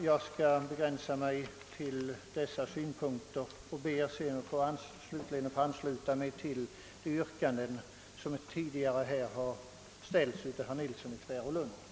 Jag skall begränsa mig till att anföra dessa synpunkter, och jag ansluter mig till de yrkanden som tidigare ställts av herr Nilsson i Tvärålund.